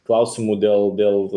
klausimų dėl dėl